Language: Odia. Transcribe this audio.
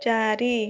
ଚାରି